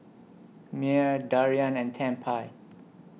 Myer Darian and Tempie